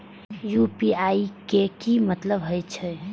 UPI के की मतलब हे छे?